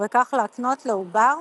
ובכך להקנות לעובר